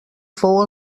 fou